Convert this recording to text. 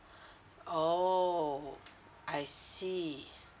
oh I see